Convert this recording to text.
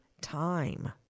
time